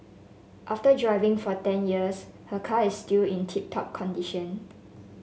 after driving for ten years her car is still in tip top condition